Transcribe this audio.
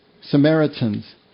Samaritans